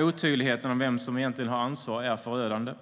Otydligheten om vem som egentligen har ansvaret är förödande.